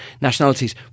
nationalities